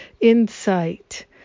insight